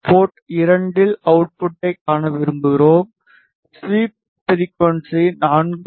board 2 இல் அவுட்புட்டை காண விரும்புகிறோம் ஸ்வீப் ஃப்ரிகுவன்ஸி 4